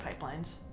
pipelines